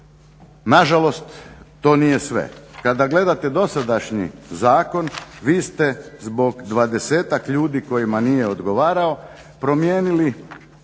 Nažalost to nije sve. Kada gledate dosadašnji zakon vi ste zbog dvadesetak ljudi kojima nije odgovarao promijenili